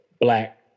Black